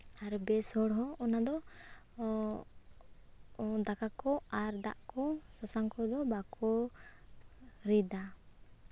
ᱟᱨ ᱵᱮᱥ ᱦᱚᱲ ᱦᱚᱸ ᱚᱱᱟᱫᱚ ᱫᱟᱠᱟ ᱠᱚ ᱟᱨ ᱫᱟᱜ ᱠᱚ ᱥᱟᱥᱟᱝ ᱠᱚᱫᱚ ᱵᱟᱠᱚ ᱨᱤᱫᱟ